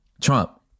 Trump